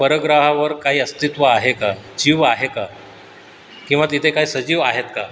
परग्रहावर काही अस्तित्व आहे का जीव आहे का किंवा तिथे काय सजीव आहेत का